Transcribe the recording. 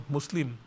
Muslim